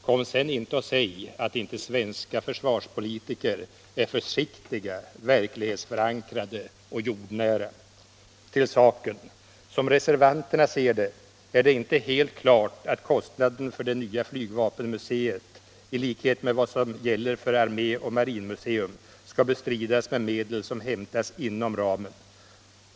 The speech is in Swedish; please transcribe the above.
Kom sen inte och säg att inte svenska försvarspolitiker är försiktiga, verklighetsförankrade och jordnära! Till saken. Som reservanterna ser detta, är det helt klart att kostnaden för det nya flygvapenmuseet, i likhet med vad som gäller för armé och marinmuseerna, skall bestridas med medel som hämtas inom ramen.